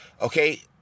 Okay